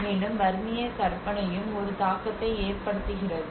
மேலும் பர்மிய கற்பனையும் ஒரு தாக்கத்தை ஏற்படுத்துகிறது